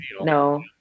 No